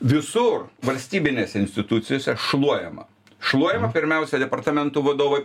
visur valstybinėse institucijose šluojama šluojama pirmiausia departamentų vadovai